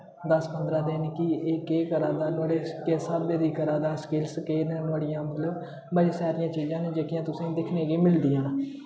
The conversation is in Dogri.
दस पंदरा दिन कि एह् केह् करा दा नोहाड़े किस स्हाबें दी करा दा स्किल्स केह् न नोहाड़ियां मतलब बड़ियां सारियां चीजां न जेह्कियां तुसेंगी दिक्खने गी मिलदियां